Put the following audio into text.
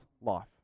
life